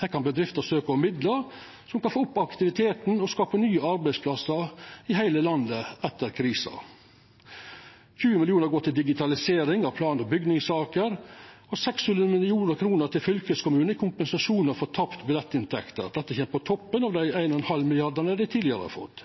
Her kan bedrifter søkja om midlar som kan få opp aktiviteten og skapa nye arbeidsplassar i heile landet etter krisa. 20 mill. kr går til digitalisering av plan- og bygningssaker og 600 mill. kr til fylkeskommunane i kompensasjon for tapte billettinntekter. Dette kjem på toppen av dei 1,5 mrd. kr dei tidlegare har fått.